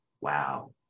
Wow